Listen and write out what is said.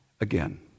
Again